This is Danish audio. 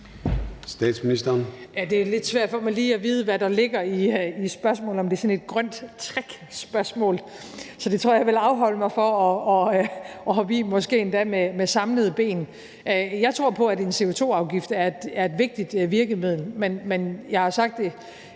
Frederiksen): Det er lidt svært for mig lige at vide, hvad der ligger i spørgsmålet, altså om det er sådan et grønt trickspørgsmål, så det tror jeg vil afholde mig fra at hoppe i med samlede ben. Jeg tror på, at en CO2-afgift er et vigtigt virkemiddel, men som jeg